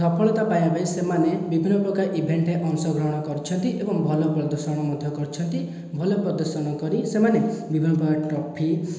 ସଫଳତା ପାଇବା ପାଇଁ ସେମାନେ ବିଭିନ୍ନ ପ୍ରକାର ଇଭେଣ୍ଟରେ ଅଂଶ ଗ୍ରହଣ କରିଛନ୍ତି ଏବଂ ଭଲ ପ୍ରଦର୍ଶନ ମଧ୍ୟ କରିଛନ୍ତି ଭଲ ପ୍ରଦର୍ଶନ କରି ସେମାନେ ବିଭିନ୍ନ ପ୍ରକାର ଟ୍ରଫି